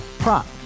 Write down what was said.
Prop